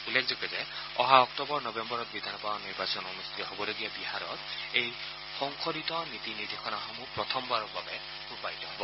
উল্লেখযোগ্য যে অহা অক্টোবৰ নৱেম্বৰত বিধানসভা নিৰ্বাচন অনুষ্ঠিত হবলগীয়া বিহাৰত এই সংশোধিত নীতি নিৰ্দেশনাসমূহ প্ৰথমবাৰৰ বাবে ৰূপায়িত হব